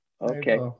Okay